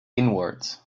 inwards